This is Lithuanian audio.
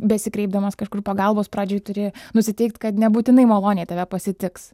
besikreipdamas kažkur pagalbos pradžioj turi nusiteikti kad nebūtinai maloniai tave pasitiks